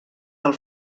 del